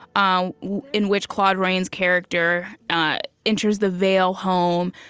um in which claude rains's character enters the vale home,